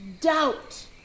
doubt